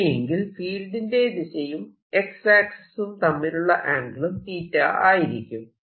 അങ്ങിനെയെങ്കിൽ ഫീൽഡിന്റെ ദിശയും X ആക്സിസും തമ്മിലുള്ള ആംഗിളും ആയിരിക്കും